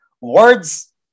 Words